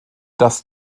das